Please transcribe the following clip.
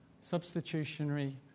Substitutionary